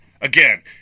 again